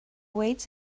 weights